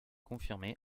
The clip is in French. confirmé